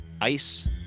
Ice